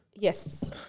Yes